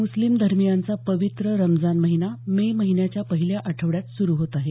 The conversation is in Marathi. मूस्लीम धर्मियांचा पवित्र रमजान महिना मे महिन्याच्या पहिल्या आठवड्यात सुरू होत आहे